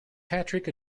patrick